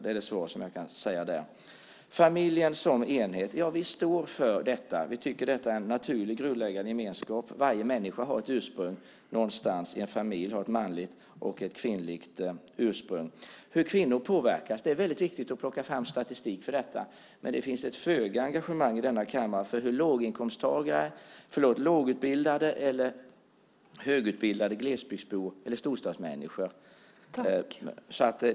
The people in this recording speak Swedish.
Det är det svar som jag kan ge i det avseendet. Vi står för detta med familjen som helhet. Vi tycker att familjen är en naturlig grundläggande gemenskap. Varje människa har ett ursprung någonstans, i en familj, och har ett manligt och ett kvinnligt ursprung. Det är väldigt viktigt att plocka fram statistik över hur kvinnor påverkas. Men engagemanget i denna kammare är ringa när det gäller lågutbildade-högutbildade och glesbygdsbor-storstadsmänniskor.